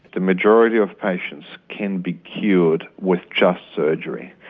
the majority of patients can be cured with just surgery.